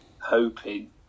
hoping